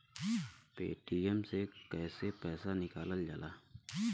Paytm से कैसे पैसा निकलल जाला?